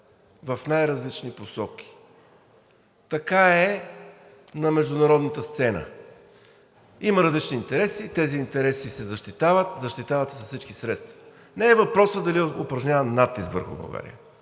в най-различни посоки. Така е на международната сцена, има различни интереси. Тези интереси се защитават, защитават се с всички средства. Не е въпросът дали е упражняван натиск върху България,